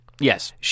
Yes